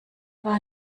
war